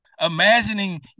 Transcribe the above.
imagining